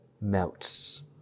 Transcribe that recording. melts